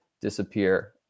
disappear